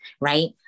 right